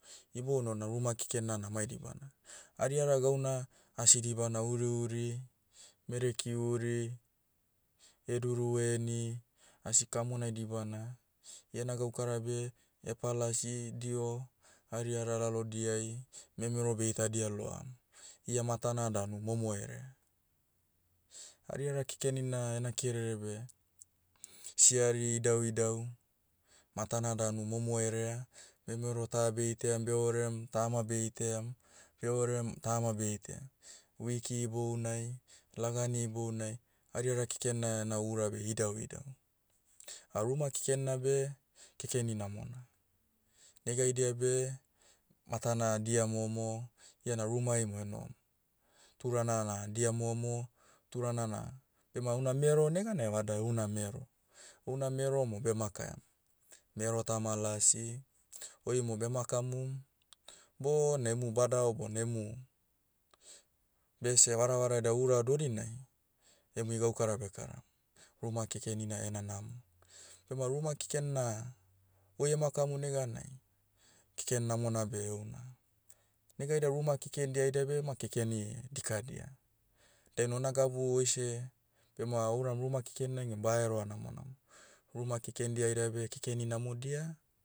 Iboun ona ruma keken na mai dibana. Ariara gauna, asidibana hurihuri, mereki huri, heduru heni, asi kamonai dibana. Iena gaukara beh, hepalasi diho, ariara lalodiai, memero beitadia loam. Ia matana danu momo herea. Ariara kekenina ena kerere beh, siari idauidau, matana danu momoherea. Memero ta beitaiam beorem, tama beitaiam, beorem tama beitaiam. Wiki ibounai, lagani ibounai, ariara keken na ena urabe idauidau. A ruma keken nabeh, kekeni namona. Negaidia beh, matana dia momo, iana rumai mo enohom. Turana na dia momo, turana na, bema una mero neganai vada una mero. Una mero mo beh makaiam. Mero tama lasi, oimo bemakamum, bona emu badaho bona emu, bese varavara eda ura dodinai, emui gaukara bekaram. Ruma kekenina ena namo. Bema ruma keken na, oi emakamu neganai, keken namona beh heuna. Negaida ruma kekendia haidia beh ma kekeni, dikadia. Dainai ona gabu oise, bema ouram ruma keken nege baheroa namonamo. Ruma kekendia haida beh kekeni namodia,